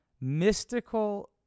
mystical